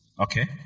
Okay